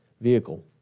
vehicle